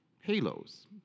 Halos